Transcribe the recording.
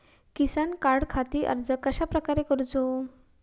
किसान कार्डखाती अर्ज कश्याप्रकारे करूचो?